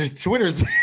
Twitter's